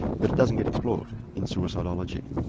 but it doesn't get explored in suicidology.